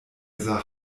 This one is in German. sah